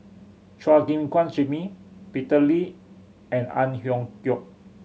Chua Gim Guan Jimmy Peter Lee and Ang Hiong Chiok